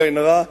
בלי עין הרע,